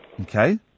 Okay